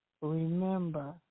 remember